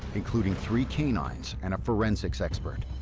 including three canines and a forensic expert.